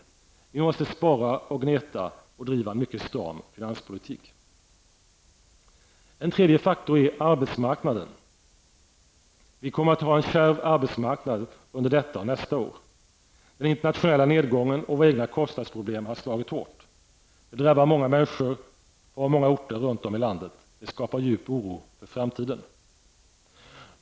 Vi måste spara och gneta och driva en mycket stram finanspolitik. En tredje faktor är arbetsmarknaden. Vi kommer att ha en kärv arbetsmarknad under detta och nästa år. Den internationella nedgången och våra egna kostnadsproblem har slagit hårt. Det drabbar många människor på många orter runt om i landet. Det skapar djup oro för framtiden.